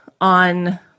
on